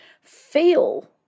Feel